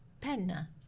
Penna